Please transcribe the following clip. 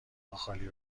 خالی